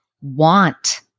want